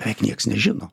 ech niekas nežino